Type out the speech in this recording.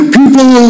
people